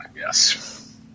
yes